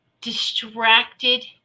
distracted